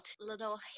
little